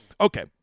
Okay